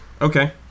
Okay